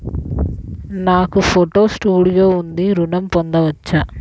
నాకు photo studio ఉంది ఋణం పొంద వచ్చునా?